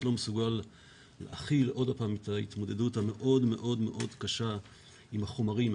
אני לא מסוגל להכיל עוד פעם את ההתמודדות המאוד מאוד קשה עם החומרים.